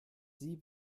sieb